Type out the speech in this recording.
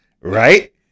Right